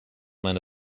meine